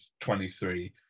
23